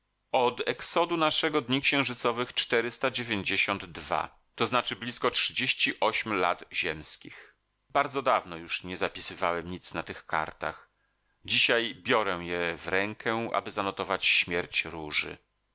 od exodu naszego dni księżycowych czterysta dziewięćdziesiąt dwa to znaczy blizko trzydzieści ośm lat ziemskich bardzo dawno już nie zapisywałem nic na tych kartach dzisiaj biorę je w rękę aby zanotować śmierć róży